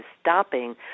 stopping